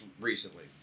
recently